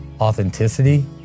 authenticity